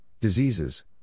diseases